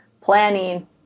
planning